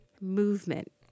movement